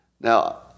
Now